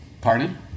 Pardon